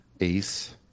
Ace